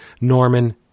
Norman